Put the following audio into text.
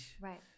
Right